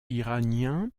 iranien